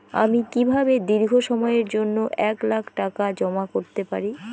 আমি কিভাবে দীর্ঘ সময়ের জন্য এক লাখ টাকা জমা করতে পারি?